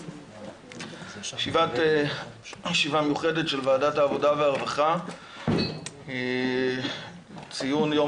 ישיבה מיוחדת של ועדת העבודה והרווחה לציון יום